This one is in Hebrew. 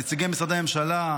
נציגי משרדי הממשלה,